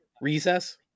Recess